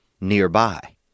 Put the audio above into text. nearby